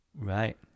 right